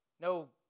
No